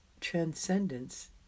Transcendence